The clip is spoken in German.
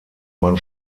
man